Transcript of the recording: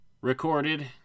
recorded